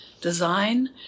design